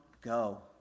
Go